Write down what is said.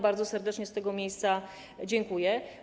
Bardzo serdecznie z tego miejsca dziękuję.